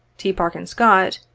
t. parkin scott,